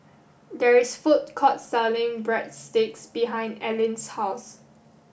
there is a food court selling Breadsticks behind Allyn's house